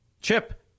chip